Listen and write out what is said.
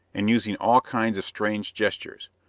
and using all kinds of strange gestures,